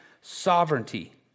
sovereignty